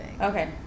Okay